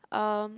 um